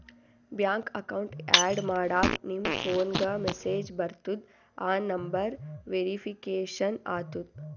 bank account add ಮಾಡಾಗ್ ನಿಮ್ ಫೋನ್ಗ ಮೆಸೇಜ್ ಬರ್ತುದ್ ಆ ನಂಬರ್ ವೇರಿಫಿಕೇಷನ್ ಆತುದ್